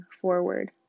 forward